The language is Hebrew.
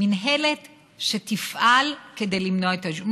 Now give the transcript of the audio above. מינהלת שתפעל כדי למנוע את העישון,